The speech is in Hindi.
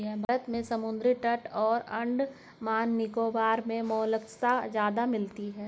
भारत में दक्षिणी समुद्री तट और अंडमान निकोबार मे मोलस्का ज्यादा मिलती है